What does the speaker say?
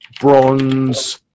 bronze